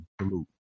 Salute